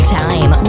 time